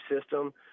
system